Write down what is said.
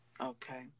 okay